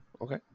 okay